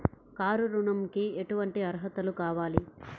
Car ఋణంకి ఎటువంటి అర్హతలు కావాలి?